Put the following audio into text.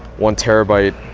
one terabyte,